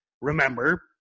remember